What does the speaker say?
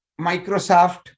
Microsoft